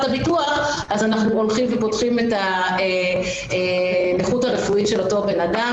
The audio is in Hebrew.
הביטוח אז אנחנו פותחים את הנכות הרפואית של אותו אדם,